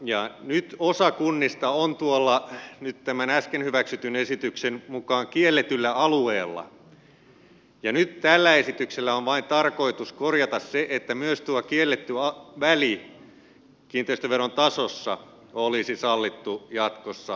nyt osa kunnista on äsken hyväksytyn esityksen mukaan tuolla kielletyllä alueella ja tällä esityksellä on vain tarkoitus korjata se että myös tuo kielletty väli kiinteistöveron tasossa olisi sallittu jatkossa